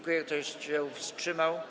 Kto się wstrzymał?